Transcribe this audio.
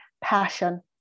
passion